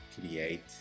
create